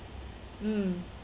mm